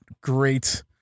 great